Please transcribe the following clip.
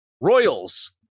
royals